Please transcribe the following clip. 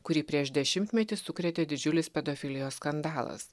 kurį prieš dešimtmetį sukrėtė didžiulis pedofilijos skandalas